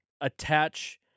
attach